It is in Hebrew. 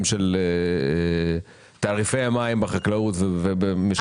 של תעריפי המים בחקלאות ובמשקי הבית.